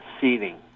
seating